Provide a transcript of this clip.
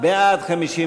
קבוצת סיעת